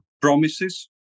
promises